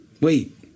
Wait